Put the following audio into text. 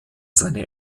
seine